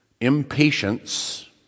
impatience